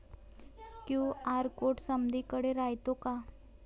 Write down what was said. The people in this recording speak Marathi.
क्यू.आर कोड समदीकडे रायतो का?